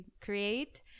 create